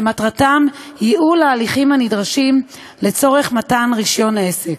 שמטרתם ייעול ההליכים הנדרשים לצורך מתן רישיון עסק.